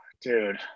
Dude